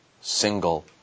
single